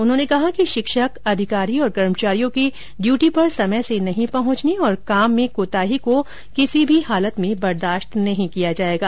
उन्होंने कहा कि शिक्षक अधिकारी तथा कर्मचारियों के ड्यूटी पर समय से नहीं पहुंचने और काम में कोताही को किसी भी हालत में बर्दाश्त नहीं किया जाएगा